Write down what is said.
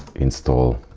install